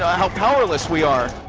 how powerless we are.